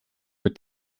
mit